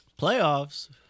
Playoffs